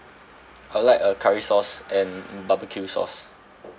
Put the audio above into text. I'd like a curry sauce and barbecue sauce